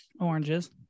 Oranges